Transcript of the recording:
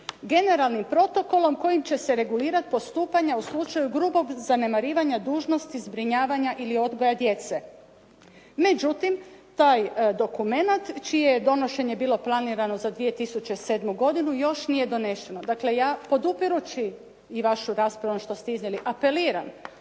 generalnim protokolom kojim će se regulirati postupanja u slučaj grubog zanemarivanja dužnosti zbrinjavanja ili odgoja djece." Međutim, taj dokument čije je donošenje bilo planirano za 2007. godinu još nije donesen. Dakle, podupirući i vašu raspravu i ono što ste iznijeli, apeliram